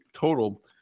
total